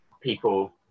people